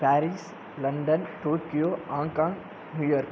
Paris London Tokyo Hong Kong New York